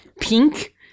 pink